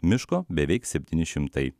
miško beveik septyni šimtai